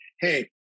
hey